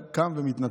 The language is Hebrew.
היה קם ומתנצל.